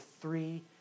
three